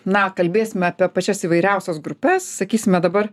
na kalbėsime apie pačias įvairiausias grupes sakysime dabar